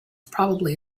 probably